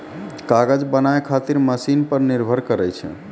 कागज बनाय खातीर मशिन पर निर्भर करै छै